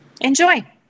enjoy